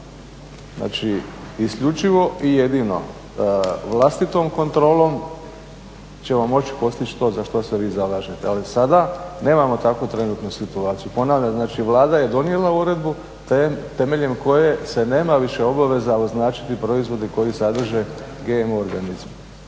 Znači isključivo i jedino vlastitom kontrolom ćemo postići to za što se vi zalažete, ali sada nemamo takvu trenutno situaciju. Ponavljam znači Vlada je donijela uredbu temeljem koje se nema više obaveza označiti proizvode koji sadrže GMO organizme.